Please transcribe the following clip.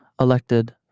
elected